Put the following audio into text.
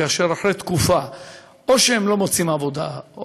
כאשר אחרי תקופה הם לא מוצאים עבודה,